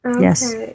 Yes